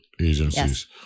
agencies